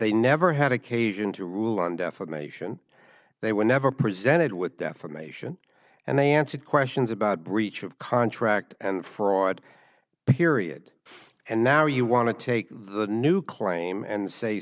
they never had occasion to rule on defamation they were never presented with defamation and they answered questions about breach of contract and fraud period and now you want to take the new claim and say